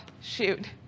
shoot